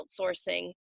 outsourcing